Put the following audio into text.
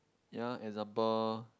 ya example